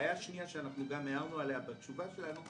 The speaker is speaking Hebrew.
והבעיה השנייה שאנחנו גם הערנו עליה בתשובה שלנו,